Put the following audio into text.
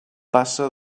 passa